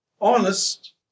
honest